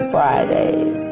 Fridays